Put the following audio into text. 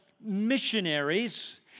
missionaries